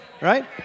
right